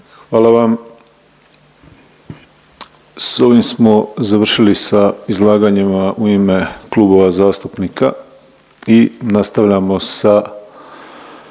Ivan (DP)** S ovim smo završili sa izlaganjima u ime klubova zastupnika i nastavljamo sa